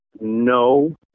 no